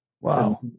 Wow